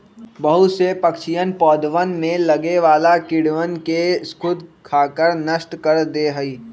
बहुत से पक्षीअन पौधवन में लगे वाला कीड़वन के स्खुद खाकर नष्ट कर दे हई